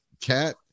Cat